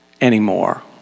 anymore